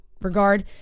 regard